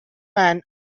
men